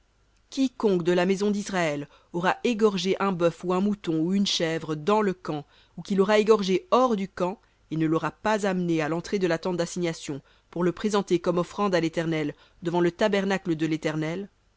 quiconque de la maison d'israël aura égorgé un bœuf ou un mouton ou une chèvre dans le camp ou qui l'aura égorgé hors du camp et ne l'aura pas amené à l'entrée de la tente d'assignation pour le présenter comme offrande à l'éternel devant le tabernacle de l'éternel